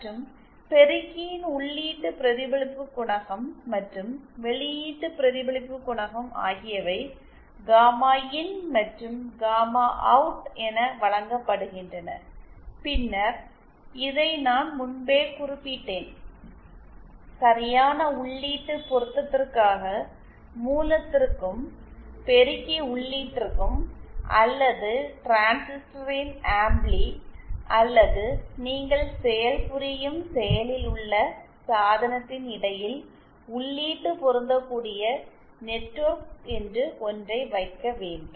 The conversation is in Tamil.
மற்றும் பெருக்கியின் உள்ளீட்டு பிரதிபலிப்பு குணகம் மற்றும் வெளியீட்டு பிரதிபலிப்பு குணகம் ஆகியவை காமா இன் மற்றும் காமா அவுட் என வழங்கப்படுகின்றன பின்னர் இதை நான் முன்பே குறிப்பிட்டேன் சரியான உள்ளீட்டு பொருத்தத்திற்காக மூலத்திற்கும் பெருக்கி உள்ளீட்டிற்கும் அல்லது டிரான்சிஸ்டரின் ஆம்ப்ளி அல்லது நீங்கள் செயல்புரியும் செயலில் உள்ள சாதனத்தின் இடையில் உள்ளீட்டு பொருந்தக்கூடிய நெட்வொர்க் என்று ஒன்றை வைக்க வேண்டும்